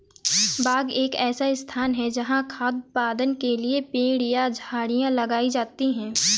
बाग एक ऐसा स्थान है जहाँ खाद्य उत्पादन के लिए पेड़ या झाड़ियाँ लगाई जाती हैं